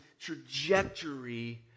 trajectory